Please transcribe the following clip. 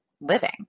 living